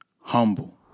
humble